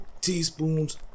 teaspoons